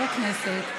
הכנסת,